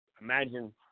imagine